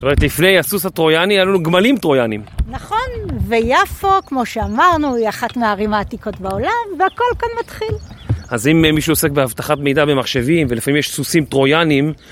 לפני הסוס הטרויאני היה לנו גמלים טרויאנים. נכון, ויפו, כמו שאמרנו, היא אחת מהערים העתיקות בעולם, והכול כאן מתחיל. אז אם מישהו עוסק באבטחת מידע במחשבים, ולפעמים יש סוסים טרויאנים...